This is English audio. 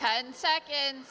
ten second